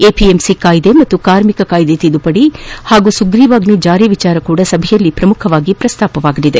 APMC ಕಾಯ್ದೆ ಮತ್ತು ಕಾರ್ಮಿಕ ಕಾಯ್ದೆ ತಿದ್ದುಪದಿ ಹಾಗೂ ಸುಗ್ರಿವಾಜ್ಞೆ ಜಾರಿ ವಿಚಾರವೂ ಸಭೆಯಲ್ಲಿ ಪ್ರಮುಖವಾಗಿ ಪ್ರಸ್ತಾಪವಾಗಲಿದೆ